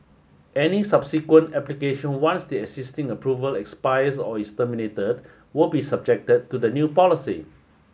any subsequent application once the existing approval expires or is terminated will be subjected to the new policy